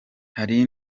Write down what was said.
hari